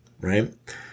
Right